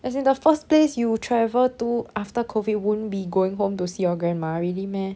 as in the first place you will travel to after COVID won't be going home to see your grandma really meh